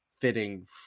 fitting